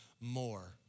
more